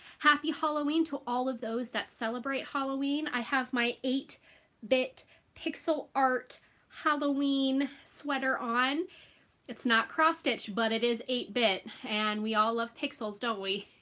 happy halloween to all of those that celebrate halloween. i have my eight bit pixel art halloween sweater on it's not cross stitch, but it is eight bit and we all love pixels don't we?